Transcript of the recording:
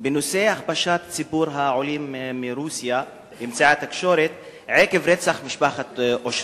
בנושא הכפשת ציבור העולים מרוסיה באמצעי התקשורת עקב רצח משפחת אושרנקו.